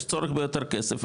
יש צורך ביותר כסף,